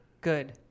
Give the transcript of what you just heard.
good